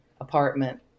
apartment